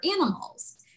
animals